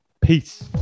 Peace